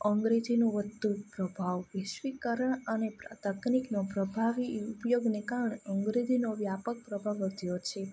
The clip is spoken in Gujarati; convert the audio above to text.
અંગ્રેજીનું વધતું પ્રભાવ વૈશ્વિકકરણ અને પ્રતાપનિકનો પ્રભાવી ઉપયોગને કારણે અંગ્રેજીનો વ્યાપક પ્રભાવ વધ્યો છે